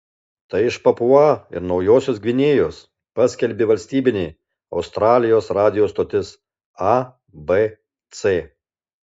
tai iš papua ir naujosios gvinėjos paskelbė valstybinė australijos radijo stotis abc